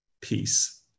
peace